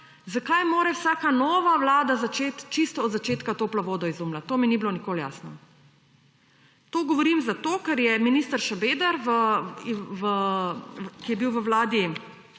zakaj mora vsaka nova vlada začeti čisto od začetka toplo vodo izumljati. To mi ni bilo nikoli jasno. To govorim zato, ker je minister Šabeder, ki je bil v vladi